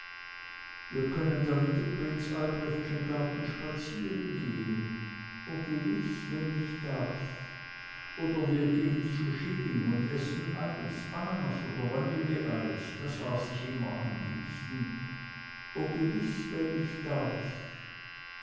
wir können dann in dem prinz albrechtschen garten spazierengehen o gewiß wenn ich darf oder wir gehen zu schilling und essen eis ananas oder vanilleeis das aß ich immer am liebsten o gewiß wenn ich darf